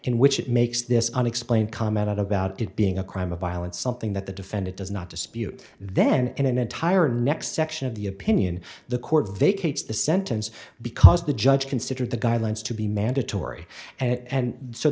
in which it makes this unexplained comment about it being a crime of violence something that the defendant does not dispute then in an entire next section of the opinion the court vacates the sentence because the judge considered the guidelines to be mandatory and